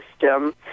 system